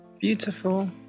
Beautiful